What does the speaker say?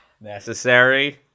necessary